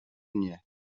nie